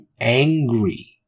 angry